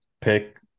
pick